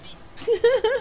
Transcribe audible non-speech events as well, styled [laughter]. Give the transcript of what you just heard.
[laughs]